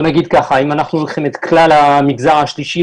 אם אנחנו לוקחים את כלל המגזר השלישי,